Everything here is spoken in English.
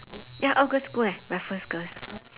ya all girls' school leh raffles girls